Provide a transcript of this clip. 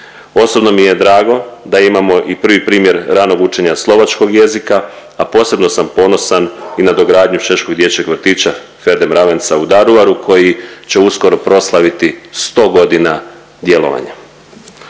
Osobno mi je drago da imamo i prvi primjer ranog učenja slovačkog jezika, a posebno sam ponosan i na nadogradnju Češkog dječjeg vrtića Ferde Mravenca u Daruvaru koji će uskoro proslaviti 100.g. djelovanja.